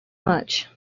much